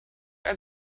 are